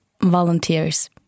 volunteers